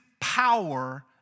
power